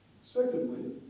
Secondly